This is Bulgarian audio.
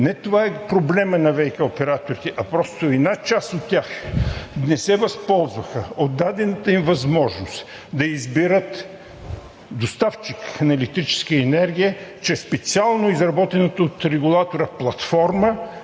Не това е проблемът на ВиК операторите, а просто една част от тях не се възползваха от дадената им възможност да изберат доставчик на електрическа енергия чрез специално изработената от регулатора платформа